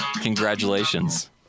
Congratulations